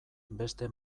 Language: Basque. beste